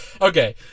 Okay